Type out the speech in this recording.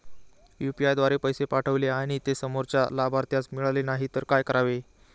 UPI द्वारे पैसे पाठवले आणि ते समोरच्या लाभार्थीस मिळाले नाही तर काय करावे?